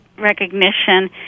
Recognition